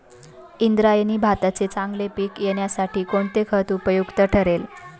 इंद्रायणी भाताचे चांगले पीक येण्यासाठी कोणते खत उपयुक्त ठरेल?